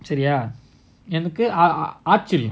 சரியாஎனக்குஆச்சரியம்:sariya enakku aacharayam actually